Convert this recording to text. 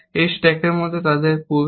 এই স্ট্যাকের মধ্যে তাদের পুসড